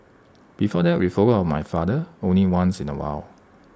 before that we followed my father only once in A while